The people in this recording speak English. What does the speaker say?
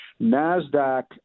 Nasdaq